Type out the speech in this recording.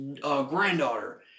granddaughter